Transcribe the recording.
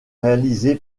réalisé